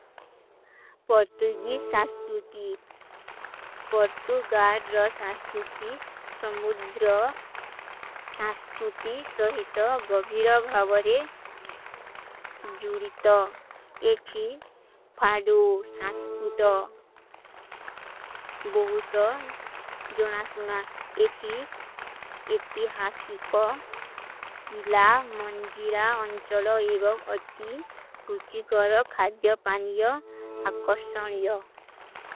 ପର୍ତୁଗୀ ଶାସ୍ତୂତି ପର୍ତୁଗାଡ ରଶାସ୍କୂତି ସମୁଦ୍ର ଶାସ୍ତୂତି ସହିତ ଗଭୀର ଭାଵରେ ଜୂରିତ ଏକୀ ଫାଡୋ ଶାସ୍କୂତ ବହୁତ ଜୋନା ସୁନା ଏକୀ ଏତିହାସୀ କୋ ଗିଲା, ମନଜୀରା, ଅଂଚଲୋ ଏବଂଗ ଅତୀ ରୁଚୀ କରୋ ଖାଦ୍ଯୋ ପାନିଯୋ ଆକର୍ଶାନ ଯୋ।